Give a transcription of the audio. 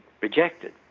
rejected